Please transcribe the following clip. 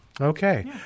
Okay